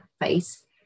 face